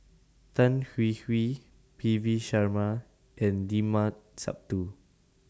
Tan Hwee Hwee P V Sharma and Limat Sabtu